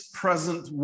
present